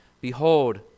Behold